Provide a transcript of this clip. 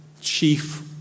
chief